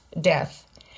death